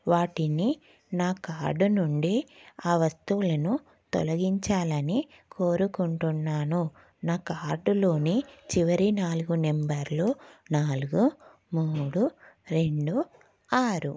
వాటిని నా కార్డు నుండి ఆ వస్తువులను తొలగించాలని కోరుకుంటున్నాను నా కార్డులోని చివరి నాలుగు నంబర్లు నాలుగు మూడు రెండు ఆరు